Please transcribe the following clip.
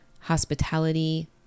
hospitality